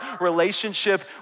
relationship